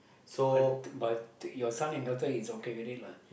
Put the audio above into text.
but but your son and daughter is okay with it lah